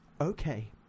Okay